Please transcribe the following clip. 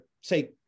say